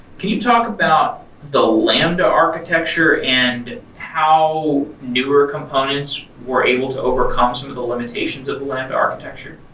can you talk about the lambda architecture and how newer components were able to overcome some of the limitations of the lambda architecture?